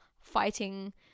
fighting